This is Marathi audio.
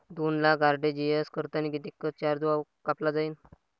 दोन लाख आर.टी.जी.एस करतांनी कितीक चार्ज कापला जाईन?